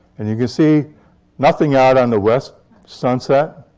and you can see nothing out on the west sunset.